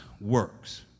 works